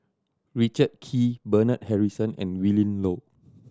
Richard Kee Bernard Harrison and Willin Low